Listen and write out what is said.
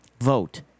vote